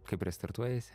kaip restartuojiesi